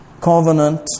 covenant